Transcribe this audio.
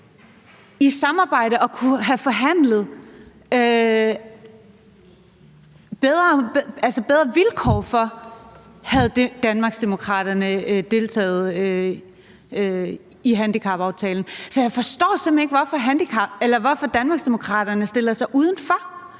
i samarbejde at kunne have forhandlet bedre vilkår for, hvis Danmarksdemokraterne havde deltaget i handicapaftalen. Så jeg forstår simpelt hen ikke hvorfor Danmarksdemokraterne stiller sig udenfor.